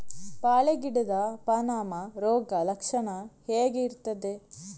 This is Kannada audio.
ಬಾಳೆ ಗಿಡದ ಪಾನಮ ರೋಗ ಲಕ್ಷಣ ಹೇಗೆ ಇರ್ತದೆ?